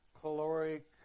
caloric